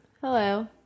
Hello